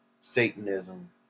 Satanism